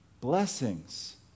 blessings